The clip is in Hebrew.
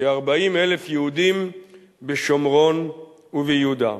כ-40,000 יהודים בשומרון וביהודה.